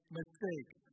mistakes